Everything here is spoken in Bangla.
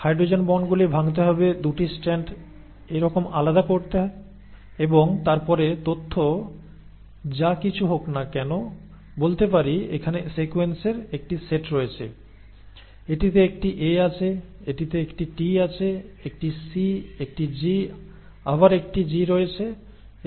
হাইড্রোজেন বন্ডগুলি ভাঙতে হবে 2 টি স্ট্র্যান্ডকে একরকম আলাদা করতে এবং তারপরে তথ্য যা কিছু হোক না কেন বলতে পারি এখানে সিকোয়েন্সের একটি সেট রয়েছে এটিতে একটি A আছে এটিতে একটি T আছে একটি C একটি G আবার একটি G রয়েছে এবং একটি C